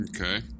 Okay